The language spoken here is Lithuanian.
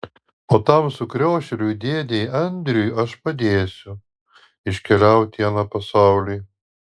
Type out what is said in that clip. o tam sukriošėliui dėdei andriui aš padėsiu iškeliauti į aną pasaulį